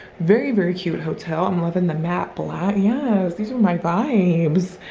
very, very cute hotel. i'm loving the matt blatt. yeah, these are my vibes.